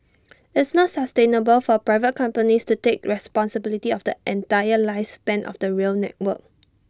it's not sustainable for private companies to take responsibility of the entire lifespan of the rail network